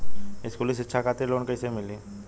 स्कूली शिक्षा खातिर लोन कैसे मिली?